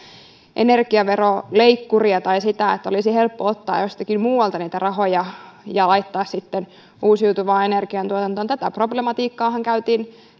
energiaveroleikkuria tai sitä että olisi helppo ottaa jostakin muualta niitä rahoja ja ja laittaa sitten uusiutuvan energian tuotantoon tätä problematiikkaahan käytiin